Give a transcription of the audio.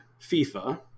fifa